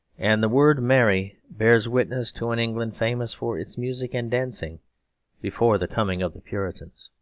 and the word merry bears witness to an england famous for its music and dancing before the coming of the puritans,